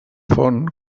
font